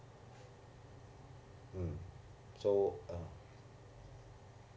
mm so